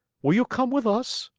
will you come with us,